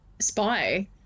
spy